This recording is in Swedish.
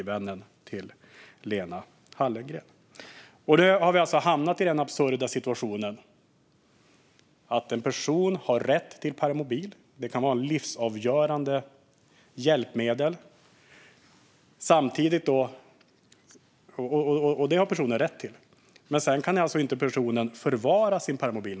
Vi har hamnat i en absurd situation: En person har rätt till en permobil, som kan vara ett livsavgörande hjälpmedel, men samtidigt kan personen inte förvara sin permobil.